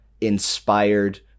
inspired